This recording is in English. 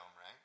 right